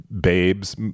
babes